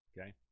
Okay